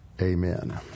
Amen